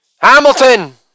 Hamilton